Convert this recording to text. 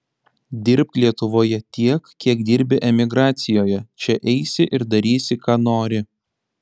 dirbk lietuvoje tiek kiek dirbi emigracijoje čia eisi ir darysi ką nori